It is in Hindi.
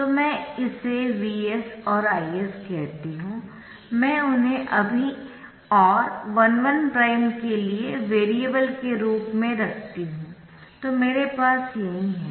तो मैं इसे Vs और Is कहती हूं मैं उन्हें अभी और 1 1 प्राइम के लिए वेरिएबल के रूप में रखती हूं तो मेरे पास यही है